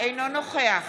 אינו נוכח